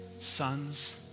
sons